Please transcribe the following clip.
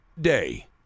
Day